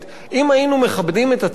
אם היינו מכבדים את עצמנו,